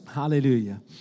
hallelujah